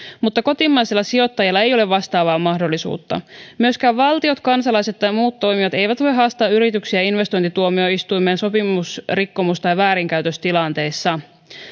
mutta kotimaisella sijoittajalla ei ole vastaavaa mahdollisuutta myöskään valtiot kansalaiset tai muut toimijat eivät voi haastaa yrityksiä investointituomiois tuimeen sopimusrikkomus tai väärinkäytöstilanteissa